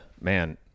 man